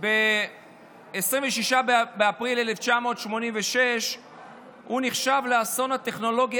ב-26 באפריל 1986 נחשב לאסון הטכנולוגי